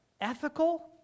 ethical